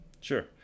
sure